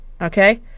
Okay